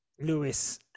Lewis